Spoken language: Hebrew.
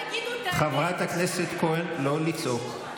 לפחות תגידו את האמת, חברת הכנסת כהן, לא לצעוק.